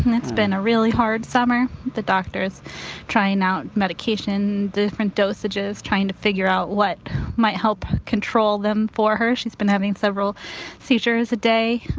and it's been a really hard summer. the doctor is trying out medication different dosages trying to figure out what might help control them for her. she's been having several seizures a day.